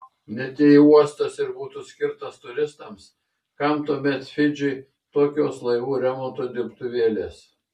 net jei uostas ir būtų skirtas turistams kam tuomet fidžiui tokios laivų remonto dirbtuvės